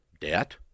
debt